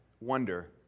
wonder